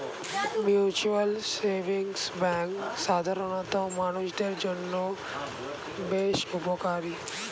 mutual savings bank সাধারণ মানুষদের জন্য বেশ উপকারী